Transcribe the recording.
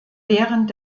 während